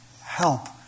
help